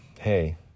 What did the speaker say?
Hey